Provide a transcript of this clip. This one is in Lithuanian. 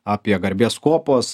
apie garbės kopos